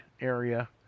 area